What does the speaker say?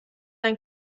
ein